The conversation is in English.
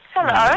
Hello